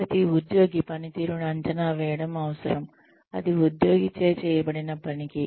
ప్రతి ఉద్యోగి పనితీరును అంచనా వేయడం అవసరం అది ఉద్యోగి చే చేయబడిన పనికి